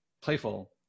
playful